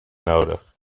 nodig